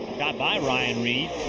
got by ryan reed.